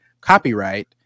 copyright